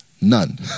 None